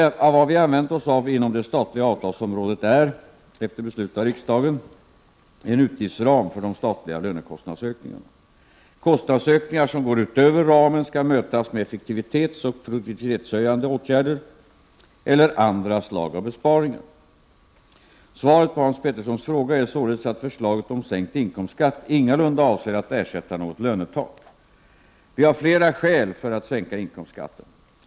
Vad vi använt oss av inom det statliga avtalsområdet är, efter beslut av riksdagen, en utgiftsram för de statliga lönekostnadsökningarna. Kostnadsökningar som går utöver ramen skall mötas med effektivitetsoch produktivitetshöjande åtgärder eller andra slag av besparingar. Svaret på Hans Petersons första fråga är således att förslaget om sänkt inkomstskatt ingalunda avser att ersätta något lönetak. Vi har flera skäl för att sänka inkomstskatten.